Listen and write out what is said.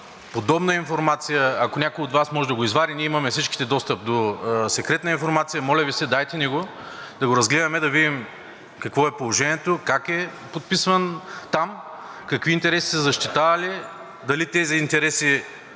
подобна информация, ако някой от Вас може да го извади – ние всички имаме достъп до секретна информация, моля Ви, дайте ни го да го разгледаме и да видим какво е положението, как е подписван там, какви интереси са защитавали – дали тези интереси,